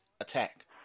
attack